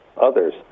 others